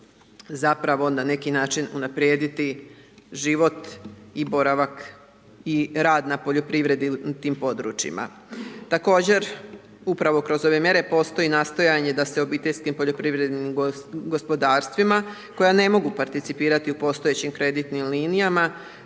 zapravo na neki način unaprijediti život i boravak, i rad na poljoprivredi u tim područjima. Također, upravo kroz ove mjere postoji nastojanje da se obiteljskim poljoprivrednim gospodarstvima koja ne mogu participirati u postojećim kreditnim linijama,